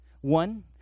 One